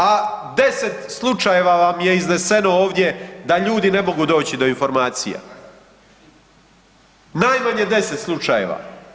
A deset slučajeva vam je izneseno ovdje da ljudi ne mogu doći do informacija, najmanje deset slučajeva.